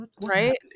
right